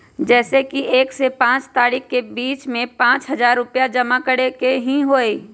जैसे कि एक से पाँच तारीक के बीज में पाँच हजार रुपया जमा करेके ही हैई?